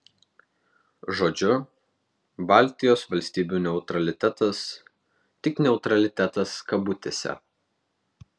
žodžiu baltijos valstybių neutralitetas tik neutralitetas kabutėse